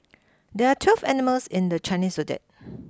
there are twelve animals in the Chinese zodiac